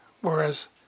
whereas